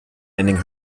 ending